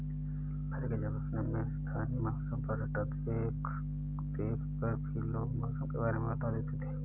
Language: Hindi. पहले के ज़माने में स्थानीय मौसम पैटर्न देख कर भी लोग मौसम के बारे में बता देते थे